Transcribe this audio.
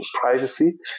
privacy